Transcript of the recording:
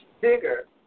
bigger